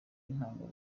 intanga